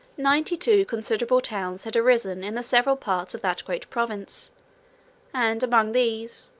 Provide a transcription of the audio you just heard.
ninety-two considerable towns had arisen in the several parts of that great province and, among these,